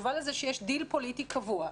התשובה היא שיש דיל פוליטי קבוע,